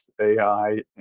AI